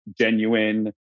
genuine